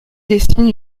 dessine